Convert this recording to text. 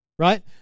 Right